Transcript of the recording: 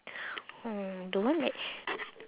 orh the one that